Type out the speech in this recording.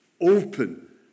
open